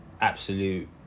absolute